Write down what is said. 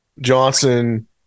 Johnson